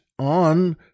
on